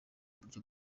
buryo